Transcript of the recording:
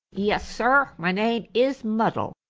yes, sir my name is muddell,